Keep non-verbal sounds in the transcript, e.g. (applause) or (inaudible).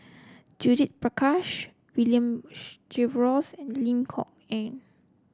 Judith Prakash William (unintelligible) Jervois and Lim Kok Ann